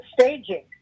staging